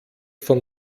von